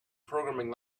programming